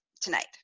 tonight